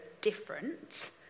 different